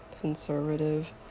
conservative